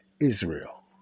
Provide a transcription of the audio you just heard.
Israel